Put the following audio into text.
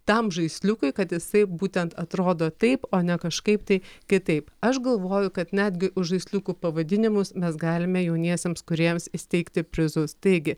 tam žaisliukui kad jisai būtent atrodo taip o ne kažkaip tai kitaip aš galvoju kad netgi už žaisliukų pavadinimus mes galime jauniesiems kūrėjams įsteigti prizus taigi